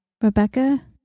Rebecca